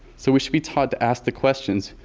so, we should be taught to ask the questions,